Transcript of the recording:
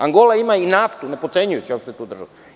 Angola ima i naftu, ne potcenjujući uopšte tu državu.